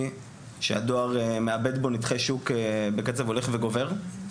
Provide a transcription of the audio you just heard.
שהדואר מאבד בו נתחי שוק בקצב הולך וגובר.